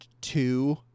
two